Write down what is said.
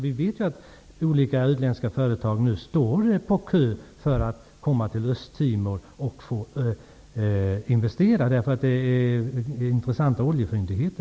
Vi vet att olika utländska företag nu står i kö för att få komma till Östtimor och investera där, bl.a. eftersom det där finns intressanta oljefyndigheter.